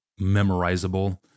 memorizable